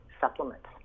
supplements